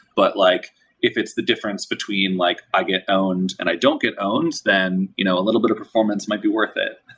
but like if it's the difference between like i get owned and i don't get owned, then you know a little bit of performance might be worth it.